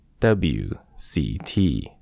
WCT